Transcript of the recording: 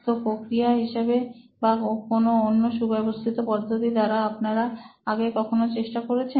তো প্রক্রিয়া হিসাবে বা কোন অন্য সুব্যবস্থিত পদ্ধতি দ্বারা আপনারা আগে কখনো চেষ্টা করেছেন